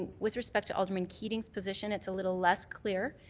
and with respect to alderman keating's position, it's a little less clear.